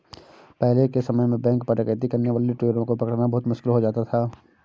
पहले के समय में बैंक पर डकैती करने वाले लुटेरों को पकड़ना बहुत मुश्किल हो जाता था